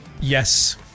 Yes